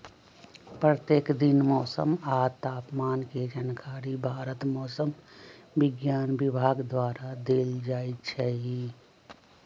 प्रत्येक दिन मौसम आ तापमान के जानकारी भारत मौसम विज्ञान विभाग द्वारा देल जाइ छइ